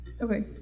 okay